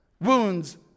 wounds